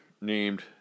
named